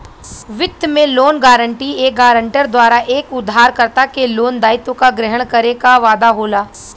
वित्त में loan guarantee एक गारंटर द्वारा एक उधारकर्ता के लोन दायित्व क ग्रहण करे क वादा होला